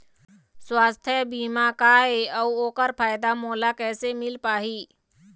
सुवास्थ बीमा का ए अउ ओकर फायदा मोला कैसे मिल पाही?